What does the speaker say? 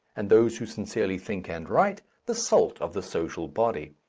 and those who sincerely think and write the salt of the social body.